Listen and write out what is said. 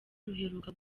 ruheruka